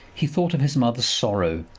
he thought of his mother's sorrow,